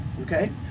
Okay